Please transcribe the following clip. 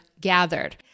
gathered